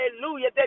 Hallelujah